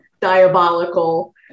diabolical